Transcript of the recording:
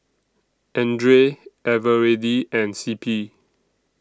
Andre Eveready and C P